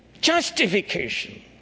justification